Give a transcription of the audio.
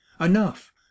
enough